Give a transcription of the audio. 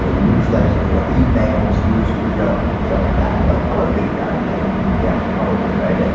you know newsletters, you know emails news group, you know, stuff like that but i want to figure it out i bet yeah, probably right yeah